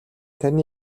таны